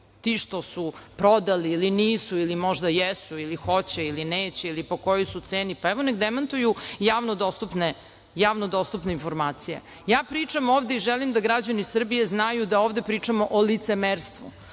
ti što su prodali ili nisu ili možda jesu ili hoće ili neće ili po kojoj su ceni, pa evo nek demantuju javno dostupne informacije. Ja pričam ovde i želim da građani Srbije znaju da ovde pričamo o licemerstvu